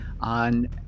on